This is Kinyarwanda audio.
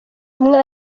umwe